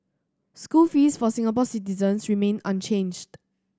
school fees for Singapore citizens remain unchanged